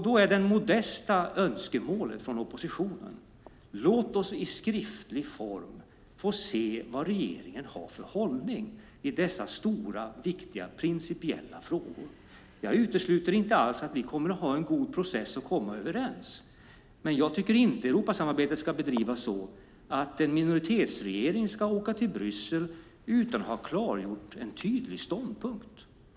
Då är det modesta önskemålet från oppositionen: Låt oss i skriftlig form få se vad regeringen har för hållning i dessa stora och viktiga principiella frågor. Jag utesluter inte alls att ni kommer att ha en god process att komma överens, men jag tycker inte att Europasamarbetet ska bedrivas så att en minoritetsregering ska åka till Bryssel utan att ha klargjort en tydlig ståndpunkt.